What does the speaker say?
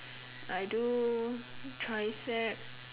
I do triceps